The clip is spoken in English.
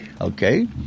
Okay